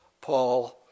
Paul